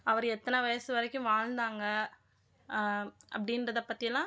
அவர் எத்தனை வயது வரைக்கும் வாழ்ந்தாங்க அப்படின்றத பற்றியெல்லாம்